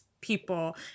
people